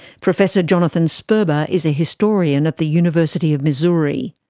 professor jonathan sperber is a historian at the university of missouri.